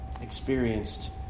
experienced